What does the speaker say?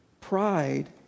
Pride